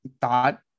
thought